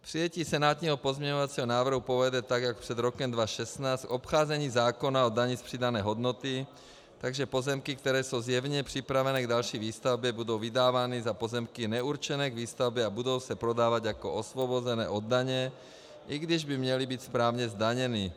Přijetí senátního pozměňovacího návrhu povede tak jak před rokem 2016 k obcházení zákona o dani z přidané hodnoty, takže pozemky, které jsou zjevně připravené k další výstavbě, budou vydávány za pozemky neurčené k výstavbě a budou se prodávat jako osvobozené od daně, i když by měly být správně zdaněny.